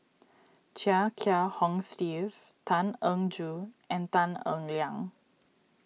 Chia Kiah Hong Steve Tan Eng Joo and Tan Eng Liang